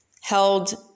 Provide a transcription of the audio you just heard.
held